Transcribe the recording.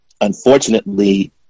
Unfortunately